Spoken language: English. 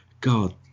God